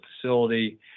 facility